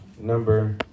number